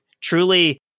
truly